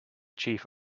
chief